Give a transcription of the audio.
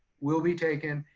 will be taken,